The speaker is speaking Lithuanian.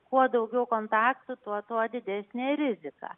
kuo daugiau kontaktų tuo tuo didesnė rizika